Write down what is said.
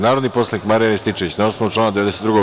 Narodni poslanik Marijan Rističević, na osnovu člana 92.